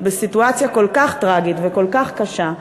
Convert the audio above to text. בסיטואציה כל כך טרגית וכל כך קשה,